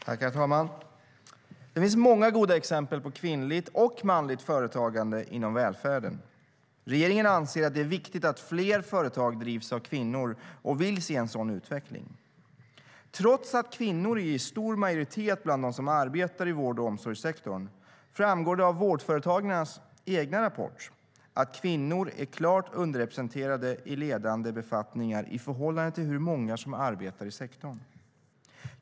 Herr talman! Det finns många goda exempel på kvinnligt och manligt företagande inom välfärden. Regeringen anser att det är viktigt att fler företag drivs av kvinnor och vill se en sådan utveckling. Trots att kvinnor är i stor majoritet bland dem som arbetar i vård och omsorgssektorn framgår det av Vårdföretagarnas egen rapport att kvinnor är klart underrepresenterade i ledande befattningar i förhållande till hur många som arbetar i sektorn.